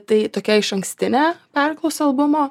tai tokia išankstinė perklausa albumo